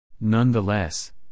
Nonetheless